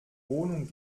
wohnung